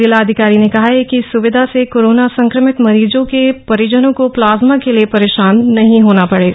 जिलाधिकारी ने कहा कि इस सुविधा से कोरोना संक्रमित मरीजों के परिजनों को प्लाज्मा के लिए परेशान नही होना पडेगा